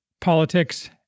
politics